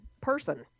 person